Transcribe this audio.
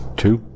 two